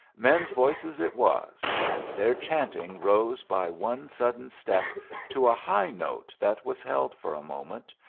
men's voices it was, and their chanting rose by one sudden step to a high note that was held for a moment,